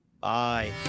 bye